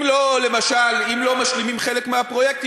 אם לא משלימים חלק מהפרויקטים,